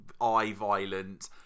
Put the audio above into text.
eye-violent